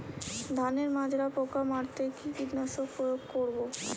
ধানের মাজরা পোকা মারতে কি কীটনাশক প্রয়োগ করব?